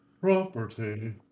property